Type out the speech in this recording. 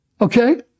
Okay